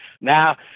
now